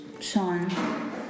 Sean